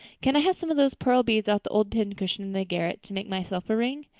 can i have some of those pearl beads off the old pincushion in the garret to make myself a ring?